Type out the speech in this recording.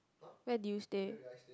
where do you stay